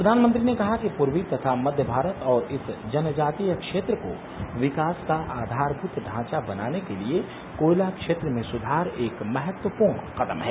प्रधानमंत्री ने कहा कि पूर्वी तथा मक्य भारत और इस जनजातीय क्षेत्र को विकास का आधारभुत ढांचा बनाने के लिए कोयला क्षेत्र में सुधार एक महत्वपुर्ण कदम है